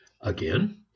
Again